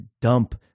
dump